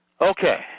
Okay